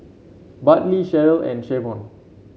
Bartley Sharyl and Shavon